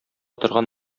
торган